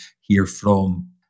herefrom